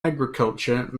agriculture